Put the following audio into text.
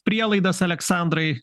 prielaidas aleksandrai